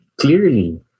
clearly